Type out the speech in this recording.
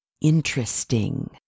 interesting